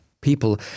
people